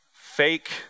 fake